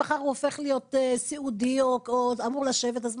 ואם מחר הוא הופך להיות סיעודי או אמור לשבת מה,